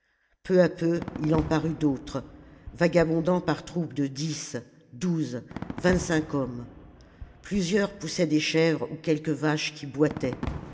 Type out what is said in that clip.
peu à peu il en parut d'autres vagabondant par troupes de dix douze vingt-cinq hommes plusieurs poussaient des chèvres ou quelque vache qui boitait